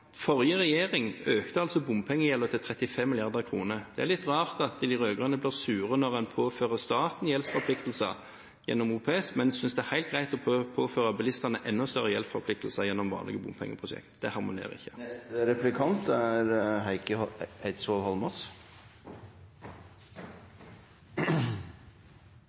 forrige regjering økte bompengegjelden til 35 mrd. kr. Det er litt rart at de rød-grønne blir sure når en påfører staten gjeldsforpliktelser gjennom OPS, men synes det er helt greit å påføre bilistene enda større gjeldsforpliktelser gjennom vanlige bompengeprosjekter. Det harmonerer ikke.